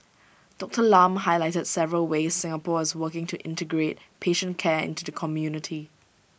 Doctor Lam highlighted several ways Singapore is working to integrate patient care into the community